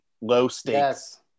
low-stakes